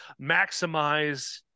maximize